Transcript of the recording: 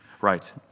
Right